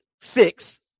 six